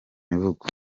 imivugo